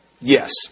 yes